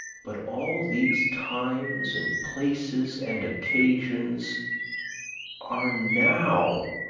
but all these times and places and occasions are now